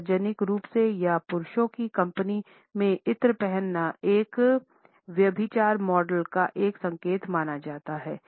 सार्वजनिक रूप से या पुरुषों की कंपनी में इत्र पहनना एक व्यभिचार मॉडल का एक संकेत माना जाता है